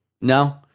no